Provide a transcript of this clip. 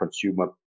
consumer